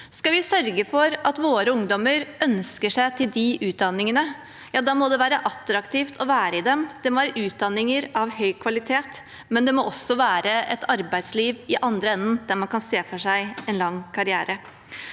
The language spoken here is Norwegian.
Skal vi sørge for at våre ungdommer ønsker seg til de utdanningene, må det være attraktivt å være i dem. Det må være utdanninger av høy kva litet, men det må også være et arbeidsliv i andre enden der man kan se for seg en lang karriere.